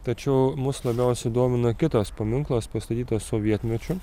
tačiau mus labiausiai domina kitas paminklas pastatytas sovietmečiu